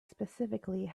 specifically